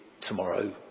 tomorrow